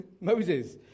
Moses